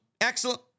excellent